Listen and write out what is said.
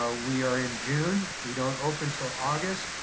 ah we are in june, we don't open til august.